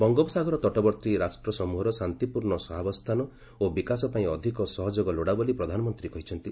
ବଙ୍ଗୋପସାଗର ତଟବର୍ତ୍ତୀ ରାଷ୍ଟ୍ର ସମ୍ବହର ଶାନ୍ତିପୂର୍ଣ୍ଣ ସହାବସ୍ଥାନ ଓ ବିକାଶ ପାଇଁ ଅଧିକ ସହଯୋଗ ଲୋଡ଼ା ବୋଲି ପ୍ରଧାନମନ୍ତ୍ରୀ କହିଛନ୍ତି